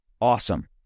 awesome